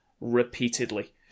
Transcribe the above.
repeatedly